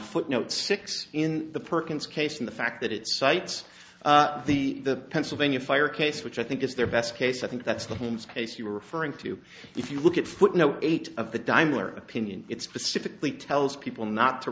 footnote six in the perkins case in the fact that it cites the the pennsylvania fire case which i think is their best case i think that's the holmes case you were referring to if you look at footnote eight of the dimer opinion it's specifically tells people not to